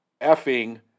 effing